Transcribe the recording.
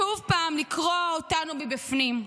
שוב לקרוע אותנו מבפנים.